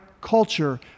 culture